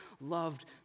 loved